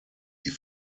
die